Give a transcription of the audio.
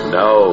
no